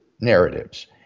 narratives